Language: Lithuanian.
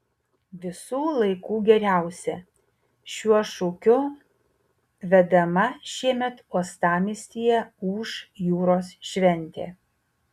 visų laikų geriausia šiuo šūkiu vedama šiemet uostamiestyje ūš jūros šventė